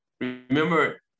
Remember